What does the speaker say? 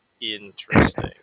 Interesting